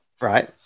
Right